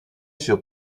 sur